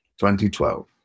2012